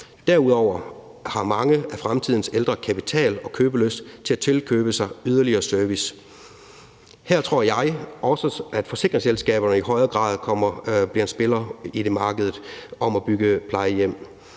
Derudover har mange af fremtidens ældre kapital og købelyst til at tilkøbe sig yderligere service. Her tror jeg også, at forsikringsselskaberne i højere grad bliver en spiller på markedet med hensyn til at bygge plejehjem